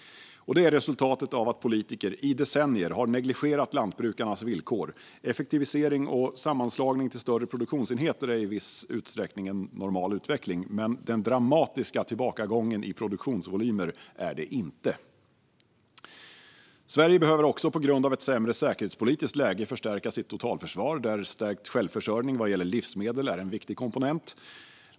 Detta är resultatet av att politiker i decennier har negligerat lantbrukarnas villkor. Effektivisering och sammanslagning till större produktionsenheter är i viss utsträckning en normal utveckling, men den dramatiska tillbakagången i produktionsvolymer är det inte. Sverige behöver också på grund av ett sämre säkerhetspolitiskt läge förstärka sitt totalförsvar, där stärkt självförsörjning vad gäller livsmedel är en viktig komponent.